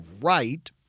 right